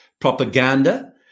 propaganda